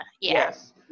Yes